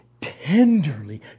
tenderly